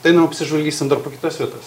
tai einam apsižvalgysim dar po kitas vietas